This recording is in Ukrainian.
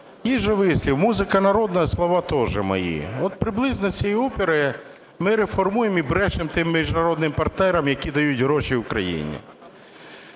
же ж вислів: "Музика народна, слова також мої". От приблизно з цієї опери ми реформуємо і брешемо тим міжнародним партнерам, які дають гроші Україні.